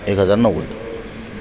एक हजार नव्वद